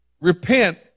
Repent